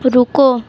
रुको